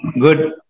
good